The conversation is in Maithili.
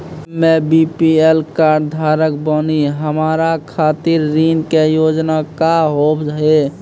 हम्मे बी.पी.एल कार्ड धारक बानि हमारा खातिर ऋण के योजना का होव हेय?